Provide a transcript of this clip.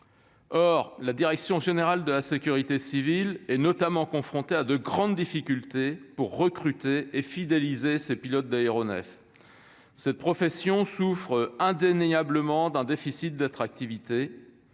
Or la direction générale de la sécurité civile est confrontée à de grandes difficultés pour recruter et fidéliser ses pilotes d'aéronefs. Cette profession souffre indéniablement d'un déficit d'attractivité